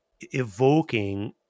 evoking